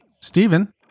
Stephen